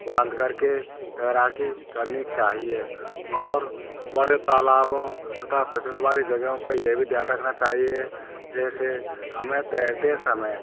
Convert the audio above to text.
बांध करके तैराकी करनी चाहिए और बड़े तालाब और पसंद वाली जगहों पर ये भी ध्यान रखना चाहिए जैसे हमें तैरते समय